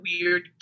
weird